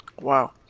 Wow